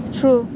true